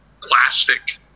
plastic